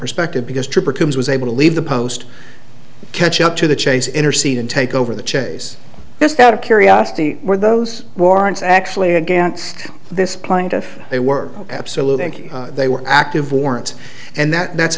perspective because trooper coombs was able to leave the post catch up to the chase intercede and take over the chase just out of curiosity or those warrants actually against this plaintiff they were absolute and they were active warrants and that that's